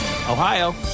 Ohio